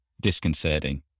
disconcerting